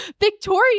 Victoria